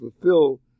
fulfill